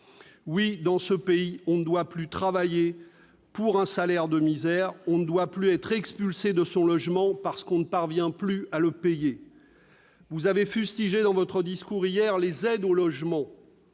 Oui, dans ce pays, on ne doit plus travailler pour un salaire de misère, on ne doit plus être expulsé de son logement parce qu'on ne parvient plus à le payer. Dans votre discours d'hier, vous avez fustigé les aides au logement.